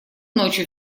ночью